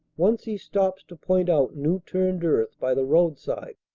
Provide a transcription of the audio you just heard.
once he stops to point out new-turned earth by the roadside.